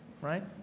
right